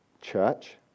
church